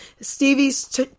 stevie's